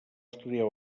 estudiar